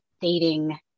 dating